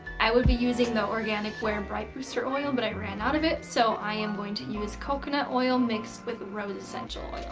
i would be using the organic wear and bright booster elixir oil, but i ran out of it, so i am going to use coconut oil mixed with rose essential